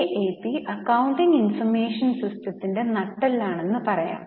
GAAP accounting information സിസ്റ്റത്തിന്റെ നട്ടെല്ലാണ് എന്ന് പറയാം